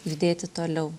judėti toliau